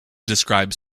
describe